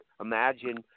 imagine